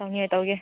ꯐꯪꯉꯦ ꯇꯧꯒꯦ